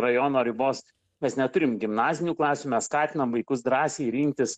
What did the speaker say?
rajono ribos mes neturim gimnazinių klasių mes skatinam vaikus drąsiai rinktis